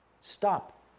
Stop